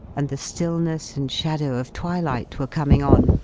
and the stillness and shadow of twilight were coming on,